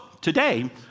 today